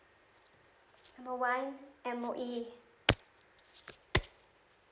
number one M_O_E